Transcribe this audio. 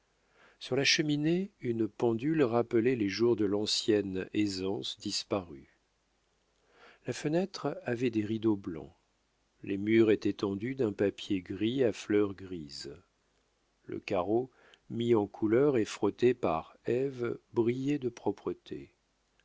sur la cheminée une pendule rappelait les jours de l'ancienne aisance disparue la fenêtre avait des rideaux blancs les murs étaient tendus d'un papier gris à fleurs grises le carreau mis en couleur et frotté par ève brillait de propreté